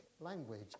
language